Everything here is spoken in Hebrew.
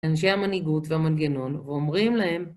אנשי המנהיגות והמנגנון ואומרים להם